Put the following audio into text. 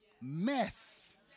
mess